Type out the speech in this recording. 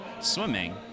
swimming